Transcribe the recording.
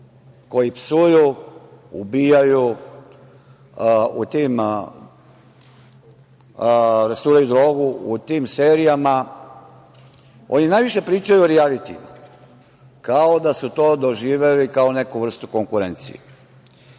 koji psuju, ubijaju, rasturaju drogu u tim serijama oni najviše pričaju o rijalitima, kao da su to doživeli kao neku vrstu konkurencije. Ja